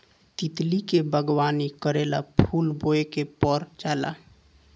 तितली के बागवानी करेला फूल बोए के पर जाला